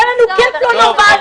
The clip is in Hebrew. זה היה כיף לא נורמלי.